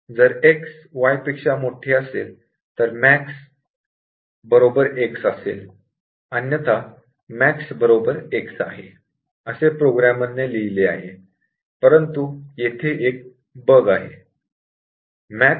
जर x y असेल तर max x असेल अन्यथा max x आहे असे प्रोग्रामरने लिहिले आहे परंतु येथे एक बग आहे